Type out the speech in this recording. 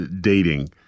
dating